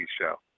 show